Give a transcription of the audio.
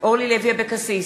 אורלי לוי אבקסיס,